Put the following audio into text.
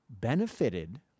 benefited